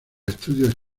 estudios